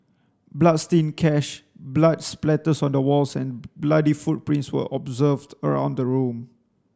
bloodstained cash blood splatters on the walls and bloody footprints were observed around the room